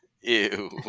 Ew